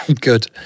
Good